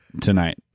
tonight